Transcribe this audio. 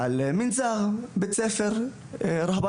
בית ספר (אומר את שמו בערבית)